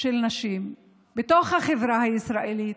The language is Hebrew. של נשים בתוך החברה הישראלית